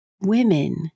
Women